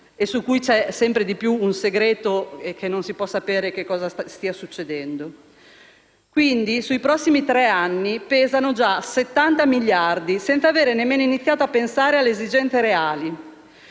su cui c'è sempre di più un segreto e non si può sapere cosa stia succedendo. Quindi, sui prossimi tre anni pesano già 70 miliardi di euro, senza avere nemmeno iniziato a pensare alle esigenze reali.